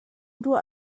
ruah